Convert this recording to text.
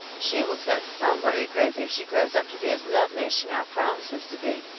she will set somebody crazy if she grows up to be as lovely as she now promises to be.